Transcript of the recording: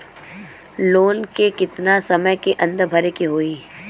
Loan के कितना समय के अंदर भरे के होई?